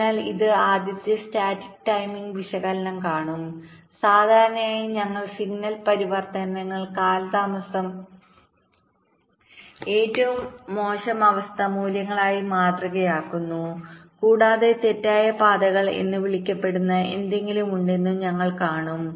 അതിനാൽ ഇത് ആദ്യത്തെ സ്റ്റാറ്റിക് ടൈമിംഗ് വിശകലനം കാണും സാധാരണയായി ഞങ്ങൾ സിഗ്നൽ പരിവർത്തനങ്ങൾ കാലതാമസം ഏറ്റവും മോശം അവസ്ഥ മൂല്യങ്ങളായി മാതൃകയാക്കുന്നു കൂടാതെ തെറ്റായ പാതകൾ എന്ന് വിളിക്കപ്പെടുന്ന എന്തെങ്കിലും ഉണ്ടെന്നും ഞങ്ങൾ കാണും